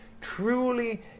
truly